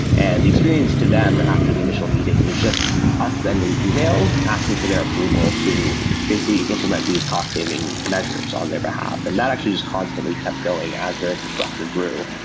and the experience to them after the initial meeting was just us sending emails asking for their approval to basically implement these cost-saving measures on their behalf, and that actually just constantly kept going as their infrastructure grew.